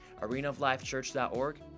arenaoflifechurch.org